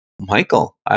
Michael